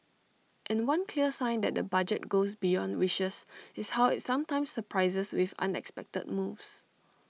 and one clear sign that the budget goes beyond wishes is how IT sometimes surprises with unexpected moves